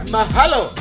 Mahalo